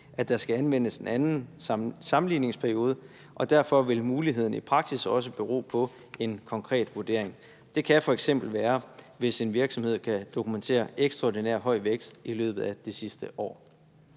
at der skal anvendes en anden sammenligningsperiode, og derfor vil muligheden i praksis også bero på en konkret vurdering. Det kan f.eks. være, hvis en virksomhed kan dokumentere ekstraordinær høj vækst i løbet af det sidste år.